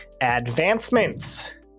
advancements